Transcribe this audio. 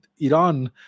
Iran